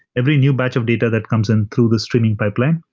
every new batch of data that comes in through the streaming pipeline,